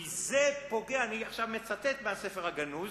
כי זה פוגע, אני עכשיו מצטט מהספר הגנוז,